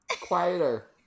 quieter